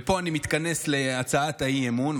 פה אני מתכנס להצעת האי-אמון,